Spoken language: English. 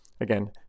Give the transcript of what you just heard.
Again